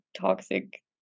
toxic